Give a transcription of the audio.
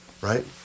right